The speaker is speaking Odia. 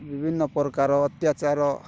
ବିଭିନ୍ନ ପ୍ରକାର ଅତ୍ୟାଚାର